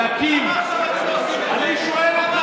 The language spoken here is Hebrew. למה עכשיו אתם לא עושים את זה?